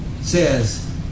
says